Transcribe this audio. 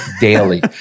daily